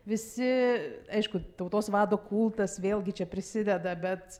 visi aišku tautos vado kultas vėlgi čia prisideda bet